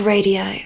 Radio